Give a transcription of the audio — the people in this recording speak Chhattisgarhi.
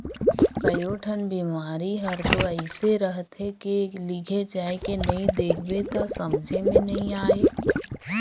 कयोठन बिमारी हर तो अइसे रहथे के लिघे जायके नई देख बे त समझे मे नई आये